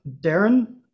Darren